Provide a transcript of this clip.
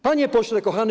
Panie Pośle Kochany!